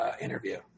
interview